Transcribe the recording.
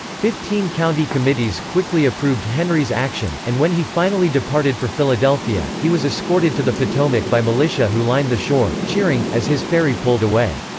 fifteen county committees quickly approved henry's action, and when he finally departed for philadelphia, he was escorted to the potomac by militia who lined the shore, cheering, as his ferry pulled away.